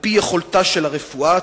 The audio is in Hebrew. על-פי יכולתה של הרפואה,